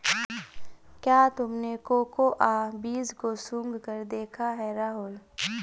क्या तुमने कोकोआ बीज को सुंघकर देखा है राहुल?